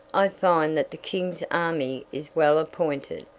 i find that the king's army is well appointed,